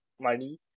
money